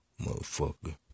motherfucker